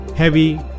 Heavy